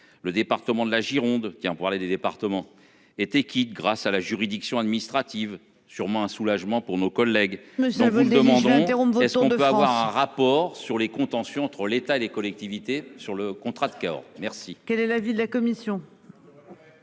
le département de la Gironde. Tiens pour aller des départements étaient grâce à la juridiction administrative sûrement un soulagement pour nos collègues. Alors vous demandons interrompu. C'est ce qu'on peut avoir un rapport sur les contentieux entre l'État et les collectivités sur le contrat de Cahors,